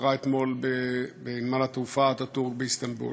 שקרה אתמול בנמל-התעופה אטאטורק באיסטנבול.